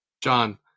John